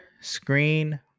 screen